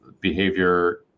Behavior